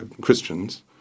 Christians